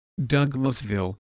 Douglasville